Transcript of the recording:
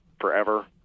forever